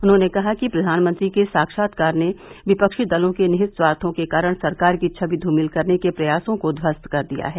उन्होंने कहा कि प्रधानमंत्री के साक्षात्कार ने विपक्षी दलों के निहित स्वार्थो के सरकार की छवि धूमिल करने के प्रयासों को ध्वस्त कर दिया है